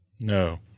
No